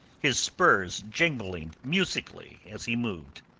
his spurs jingling musically as he moved.